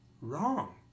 wrong